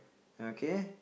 okay